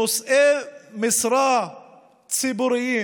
נושאי משרה ציבוריים,